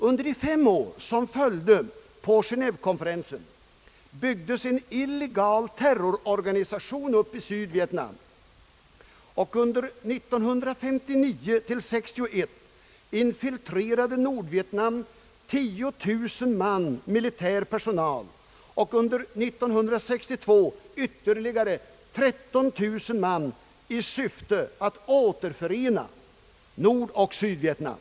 Under de fem år som följde på Genevekonferensen byggdes en illegal terrororganisation upp i Sydvietnam. Under åren 1959 till 1961 infiltrerade Nordvietnam 10 000 man militär personal och under år 1962 ytterligare 13 000 man i syfte att återförena Nordvietnam med Sydvietnam.